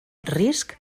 risc